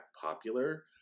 popular